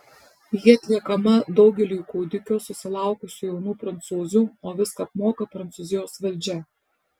ji atliekama daugeliui kūdikio susilaukusių jaunų prancūzių o viską apmoka prancūzijos valdžia